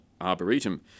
arboretum